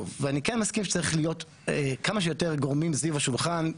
ואני כן מסכים שצריך להיות כמה שיותר גורמים סביב השולחן,